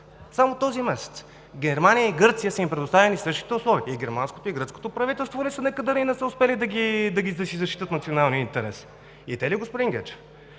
Само този месец на Германия и Гърция са им предоставени същите условия. И германското, и гръцкото правителство ли са некадърни и не са успели да си защитят националния интерес? И те ли, господин Гечев?